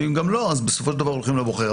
ואם גם לא אז בסופו של דבר הולכים לבוחר,